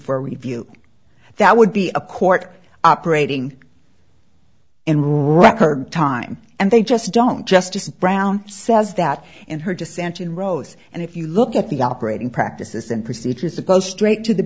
for review that would be a court operating in time and they just don't just brown says that in her dissension rose and if you look at the operating practices and procedures suppose straight to the